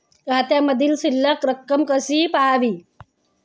खात्यामधील शिल्लक रक्कम कशी पहावी?